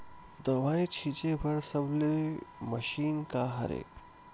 दवाई छिंचे बर सबले मशीन का हरे?